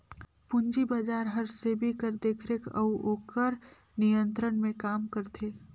पूंजी बजार हर सेबी कर देखरेख अउ ओकर नियंत्रन में काम करथे